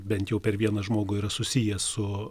bent jau per vieną žmogų yra susijęs su